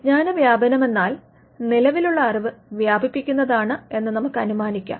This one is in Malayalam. വിജ്ഞാന വ്യാപനം എന്നാൽ നിലവിലുള്ള അറിവ് വ്യാപിപ്പിക്കുന്നതാണ് എന്ന് നമുക്ക് അനുമാനിക്കാം